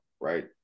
right